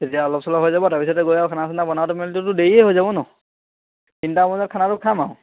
তেতিয়া অলপ চলপ হৈ যাব তাৰপিছতে গৈ আৰু খানা চানা বনাওঁটো মিলতো দেৰিয়ে হৈ যাব ন তিনিটা বজাত খানাটো খাম আৰু